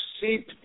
see